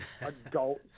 adult